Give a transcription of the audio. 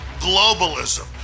globalism